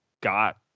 got